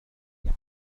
عجلة